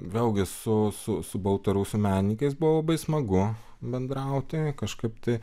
vėlgi susu baltarusių menininkais buvo labai smagu bendrauti kažkaip tai